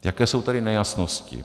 Jaké jsou tady nejasnosti?